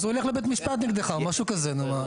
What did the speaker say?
אז הוא ילך לבית משפט נגדך, או משהו כזה נו מה.